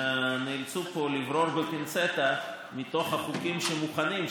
נאלצו פה לברור בפינצטה מתוך החוקים שמוכנים,